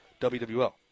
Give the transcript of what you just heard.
WWL